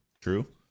true